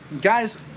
Guys